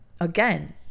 Again